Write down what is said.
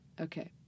Okay